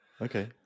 okay